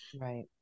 Right